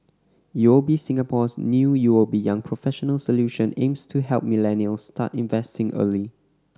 U O B Singapore's new U O B Young Professionals Solution aims to help millennials start investing early